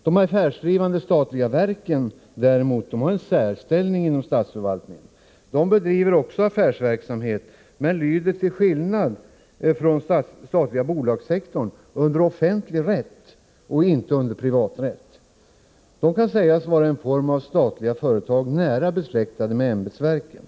De affärsdrivande statliga verken däremot har en särställning inom statsförvaltningen. De bedriver också affärsverksamhet, men de lyder till skillnad från den statliga bolagssektorn under offentlig rätt och inte under privaträtt. De kan sägas vara en form av statliga företag, nära besläktade med ämbetsverken.